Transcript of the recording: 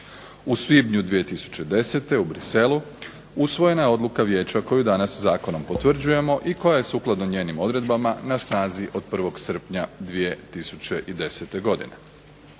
U svibnju 2010. u Bruxellesu usvojena je odluka Vijeća koju danas zakonom potvrđujemo i koja je sukladno njenim odredbama na snazi od 1. srpnja 2010. godine.